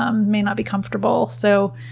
um may not be comfortable. so